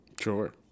Sure